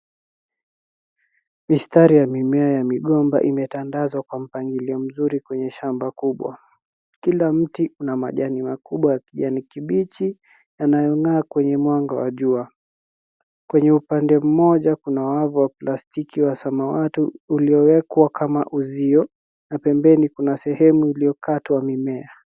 Mistari ya mimea ya migomba imetandazwa kwa mpangilio nzuri kwenye shamba kubwa. Kila mti una majani makubwa ya kijani kibichi yanayong’aa kwenye mwanga wa jua. Kwenye upande mmoja kuna wavu wa plastiki wa samawati uliowekwa kama uzio na pembeni kuna sehemu iliyokatwa ya mimea.